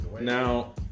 now